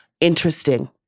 Interesting